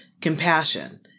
compassion